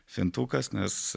fintukas nes